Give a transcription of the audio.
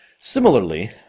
Similarly